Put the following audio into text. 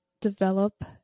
develop